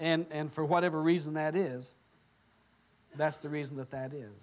and for whatever reason that is that's the reason that that is